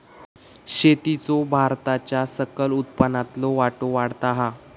शेतीचो भारताच्या सकल उत्पन्नातलो वाटो वाढता हा